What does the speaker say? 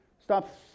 Stop